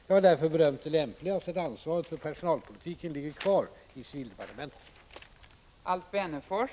Jag har därför bedömt det lämpligast att ansvaret för personalpolitiken ligger kvar i civildepartementet.